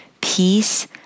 Peace